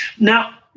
Now